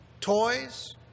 toys